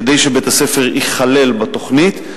כדי שבית-הספר ייכלל בתוכנית.